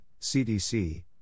CDC